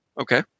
Okay